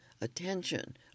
attention